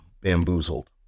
Bamboozled